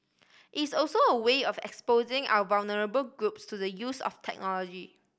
it's also a way of exposing our vulnerable groups to the use of technology